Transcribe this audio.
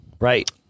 Right